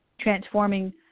transforming